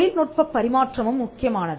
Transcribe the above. தொழில்நுட்பப் பரிமாற்றமும் முக்கியமானது